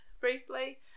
briefly